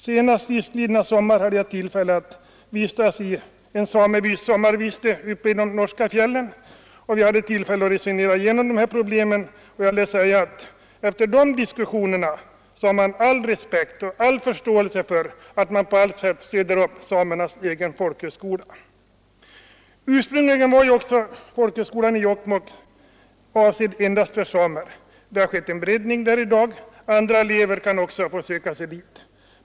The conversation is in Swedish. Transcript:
Senast sistlidna sommar hade jag tillfälle att tillbringa en tid i en samebys sommarviste i de norska fjällen, och hade då tillfälle att resonera igenom de här problemen med samer. Efter de diskussionerna har jag all respekt och all förståelse för kraven på stöd till samernas egen folkhögskola. Ursprungligen var folkhögskolan i Jokkmokk avsedd endast för samer. Därvidlag har det skett en breddning; också andra elever kan nu söka sig dit.